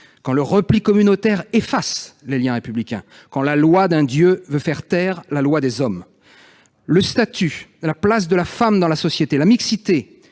quand le repli communautaire efface les liens républicains, quand la loi d'un dieu veut faire taire la loi des hommes. Le statut de la femme, sa place dans la société, la mixité,